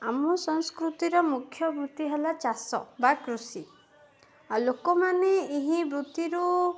ଆମ ସଂସ୍କୃତିର ମୁଖ୍ୟ ବୃତ୍ତି ହେଲା ଚାଷ ବା କୃଷି ଆଉ ଲୋକମାନେ ଏହି ବୃତ୍ତିରୁ